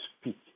speak